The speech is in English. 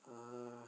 ah